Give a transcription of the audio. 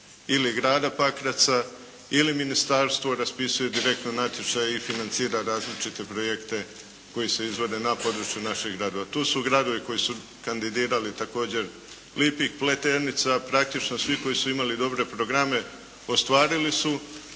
ili grada Pakraca ili ministarstvo raspisuje direktno natječaj i financira različite projekte koji se izvode na području naših gradova. Tu su gradovi koji su kandidirali također: Lipik, Pleternica, praktično svi koji su imali dobre programe ostvarili su